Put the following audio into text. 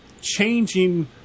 changing